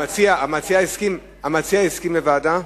המציע הסכים לוועדה?